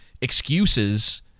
excuses